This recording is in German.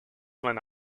meine